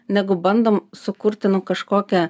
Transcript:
negu bandom sukurti nu kažkokią